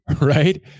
right